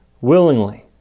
willingly